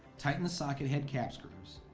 tighten the socket head cap screws.